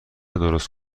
درست